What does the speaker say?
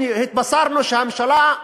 הנה, התבשרנו שהממשלה,